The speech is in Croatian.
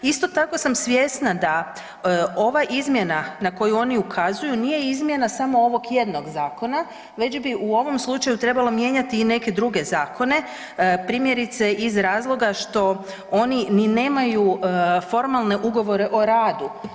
Isto tako sam svjesna da ova izmjena na koju oni ukazuju nije izmjena samo ovog jednog zakona, već bi u ovom slučaju trebalo mijenjati i neke druge zakona primjerice iz razloga što oni ni nemaju formalne ugovore o radu.